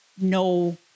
no